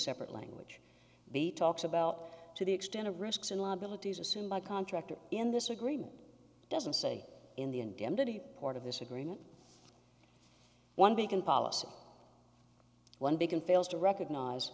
separate language be talks about to the extent of risks and liabilities assumed by contractor in this agreement doesn't say in the indemnity part of this agreement one beacon policy one big and fails to recognize